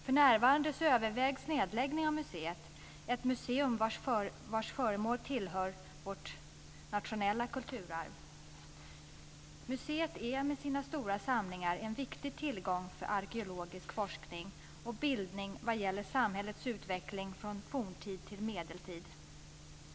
För närvarande övervägs nedläggning av museet - ett museum vars föremål tillhör vårt nationella kulturarv. Museet är med sina stora samlingar en viktig tillgång för arkeologisk forskning och bildning vad gäller samhällets utveckling från forntid till medeltid.